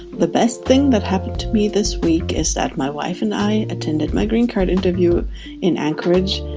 the best thing that happened to me this week is that my wife and i attended my green card interview in anchorage,